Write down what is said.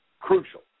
crucial